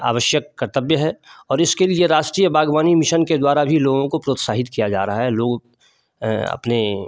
आवश्यक कर्तब्य है और इसके लिए राष्ट्रीय बागवानी मिशन के द्वारा भी लोगों को प्रोत्साहित किया जा रहा है लोग अपने